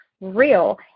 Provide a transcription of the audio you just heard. real